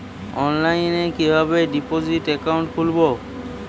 অনলাইনে কিভাবে deposit account খুলবো?